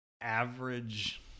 average